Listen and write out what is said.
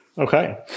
Okay